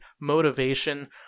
motivation